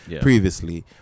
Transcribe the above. previously